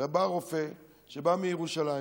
ובא הרופא שבא מירושלים